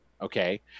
Okay